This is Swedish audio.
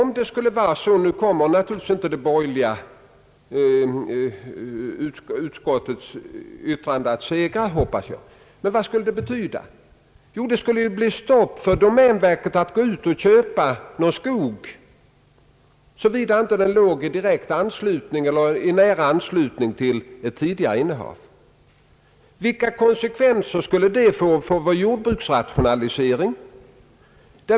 Nu hoppas jag naturligtvis att den borgerliga reservationen inte kommer att segra, men vad skulle det betyda, om så skedde? Jo, det skulle innebära ett. stopp för domänverket att köpa skog, såvida denna inte låg i direkt eller nära anslutning till ett tidigare innehav. Vilka konsekvenser skulle det få för vår jordbruksrationalisering?